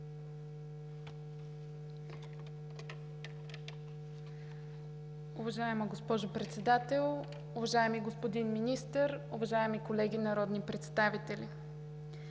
Уважаема госпожо Председател, уважаеми господин Министър, уважаеми колеги народни представители!